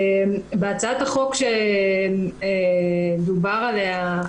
בהצעת החוק שדובר עליה,